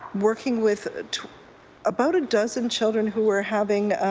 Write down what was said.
working with about a dozen children who are having,